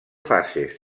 fases